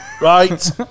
Right